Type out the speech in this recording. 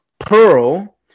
Pearl